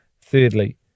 Thirdly